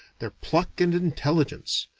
their pluck and intelligence,